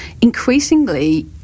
increasingly